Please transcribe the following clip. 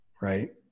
Right